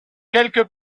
quelque